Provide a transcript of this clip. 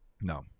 No